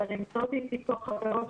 תמיד עולה הצד של המורכבות